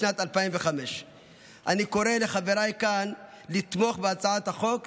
בשנת 2005. אני קורא לחבריי כאן לתמוך בהצעת החוק.